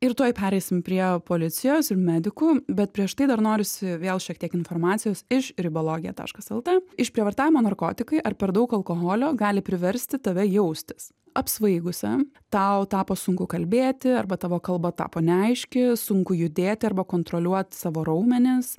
ir tuoj pereisim prie policijos ir medikų bet prieš tai dar norisi vėl šiek tiek informacijos iš ribologija taškas lt išprievartavimo narkotikai ar per daug alkoholio gali priversti tave jaustis apsvaigusią tau tapo sunku kalbėti arba tavo kalba tapo neaiški sunku judėti arba kontroliuot savo raumenis